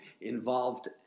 involved